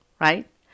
right